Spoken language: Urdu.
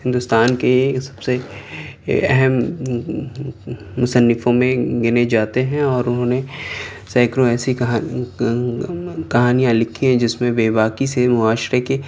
ہندوستان کے سب سے اہم مصنفوں میں گنے جاتے ہیں اور انہوں نے سیکڑوں ایسی کہان کہانیاں لکھی ہیں جس میں بے باکی سے معاشرے کے